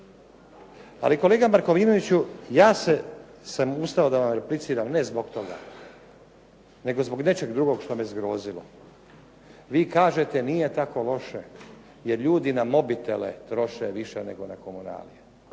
Ali kolega Markovinoviću ja sam ustao da vam repliciram ne zbog toga, nego zbog nečeg drugog što me zgrozilo. Vi kažete nije tako loše, jer ljudi na mobitele troše više nego na komunalije.